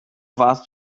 warst